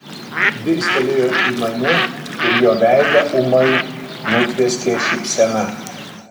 dirstelėjo į mane ir jo veidą ūmai nutvieskė šypsena